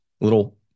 little